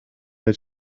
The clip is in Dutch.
dat